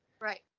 Right